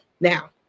now